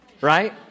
right